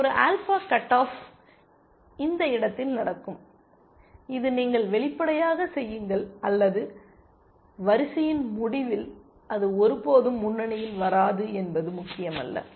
இது ஒரு alpha cut off இந்த இடத்தில் நடக்கும் இது நீங்கள் வெளிப்படையாகச் செய்யுங்கள் அல்லது வரிசையின் முடிவில் அது ஒருபோதும் முன்னணியில் வராது என்பது முக்கியமல்ல